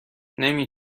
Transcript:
نمی